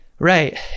Right